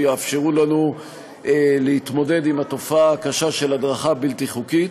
שיאפשרו לנו להתמודד עם התופעה הקשה של הדרכה בלתי חוקית.